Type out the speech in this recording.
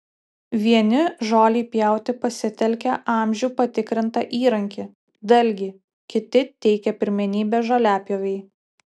vieni žolei pjauti pasitelkia amžių patikrintą įrankį dalgį kiti teikia pirmenybę žoliapjovei